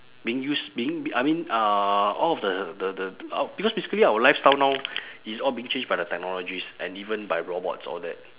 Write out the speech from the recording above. being used being I mean uh all of the the the because basically our lifestyle now is all being changed by the technologies and even by robots all that